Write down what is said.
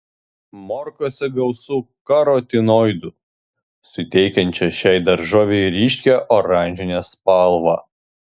morkose gausu karotinoidų suteikiančių šiai daržovei ryškią oranžinę spalvą